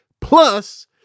plus